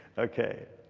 ok.